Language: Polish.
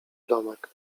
domek